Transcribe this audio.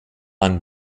ein